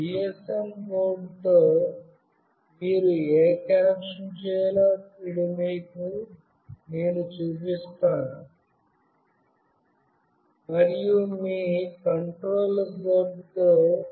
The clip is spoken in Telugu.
ఈ GSM బోర్డ్తో మీరు ఏ కనెక్షన్ చేయాలో ఇప్పుడు నేను మీకు చూపిస్తాను మరియు మీ మైక్రోకంట్రోలర్ బోర్డ్తో